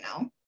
now